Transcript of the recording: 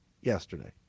yesterday